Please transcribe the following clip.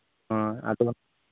ᱦᱮᱸ ᱟᱫᱚ